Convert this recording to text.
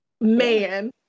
man